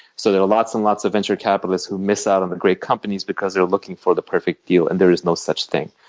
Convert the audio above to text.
so there are lots and lots of venture capitalists who miss out on the great companies because they're looking for the perfect deal, and there is no such thing.